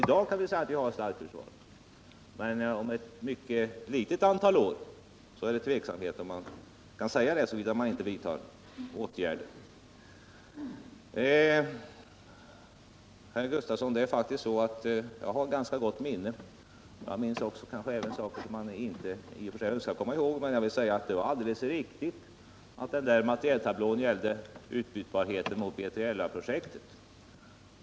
I dag kan vi säga att vi har ett starkt försvar, men om ett mycket litet antal år är det tveksamt om vi kan säga det, såvida vi inte vidtar åtgärder. Herr Gustavsson! Det är faktiskt så att jag har ett ganska gott minne. Jag minns nog också saker som man i och för sig inte önskar komma ihåg. Och jag vill säga: Det var alldeles riktigt att materieltablån gällde utbytbarheten mot B3LA-projektet.